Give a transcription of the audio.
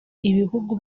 ibihugu